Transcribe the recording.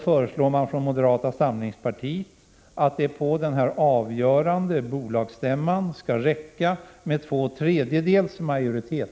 föreslår man från moderata samlingspartiet att det på 25 maj 1987 denna avgörande bolagsstämma skall räcka med två tredjedels majoritet.